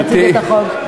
להציג את החוק.